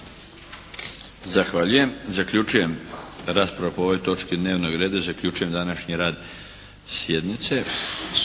Zahvaljujem. Zaključujem raspravu po ovoj točci dnevnog reda. Zaključujem današnji rad sjednice.